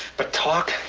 but talk,